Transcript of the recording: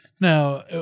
Now